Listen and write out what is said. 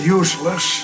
useless